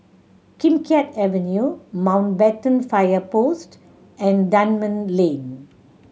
Kim Keat Avenue Mountbatten Fire Post and Dunman Lane